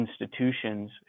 institutions